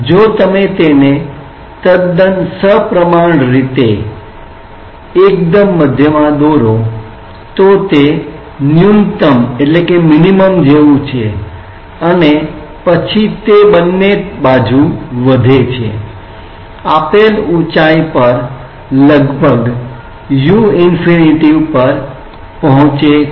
જો તમે તેને તદ્દન સપ્રમાણ રીતે એકદમ મધ્યમાં દોરો તો તે ન્યૂનતમ જેવું છે અને પછી તે બંને બાજુ વધે છે અને આપેલ ઊંચાઇ પર લગભગ 'u' અનંત પર પહોચે છે